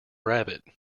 rabbit